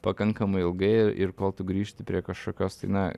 pakankamai ilgai ir kol tu grįžti prie kažkokios tai na